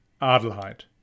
Adelheid